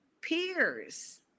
peers